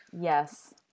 Yes